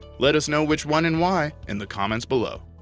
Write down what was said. let us know which one and why in the comments below.